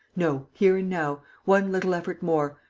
no. here and now. one little effort more.